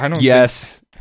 Yes